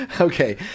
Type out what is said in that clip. Okay